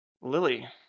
Lily